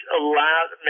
allowed